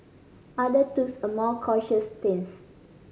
others a more cautious stance